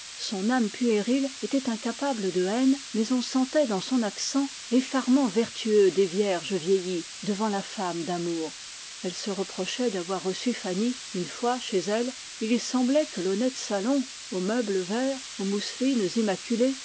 son âme puérile était incapable de haine mais on sentait dans son accent l'effarement vertueux des vierges vieillies devant la femme d'amour elle se reprochait d'avoir reçu fanny une fois chez elle et il semblait que l'honnête salon au meuble vert aux mousselines immaculées